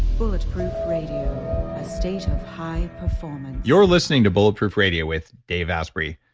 bulletproof radio, a state of high performance you're listening to bulletproof radio with dave asprey.